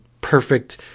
perfect